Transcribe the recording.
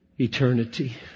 eternity